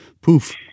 poof